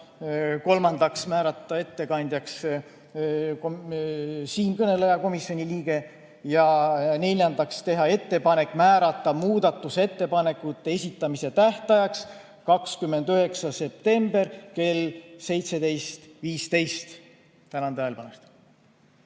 Kolmandaks, määrata ettekandjaks siinkõneleja, komisjoni liige. Ja neljandaks, teha ettepanek määrata muudatusettepanekute esitamise tähtajaks 29. september kell 17.15. Tänan tähelepanu